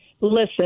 Listen